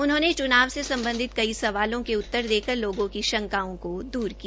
उन्होंने चूनाव से सम्बधित कई सवालों के उत्तर देकर लोगों की शंकाओं को दूर किया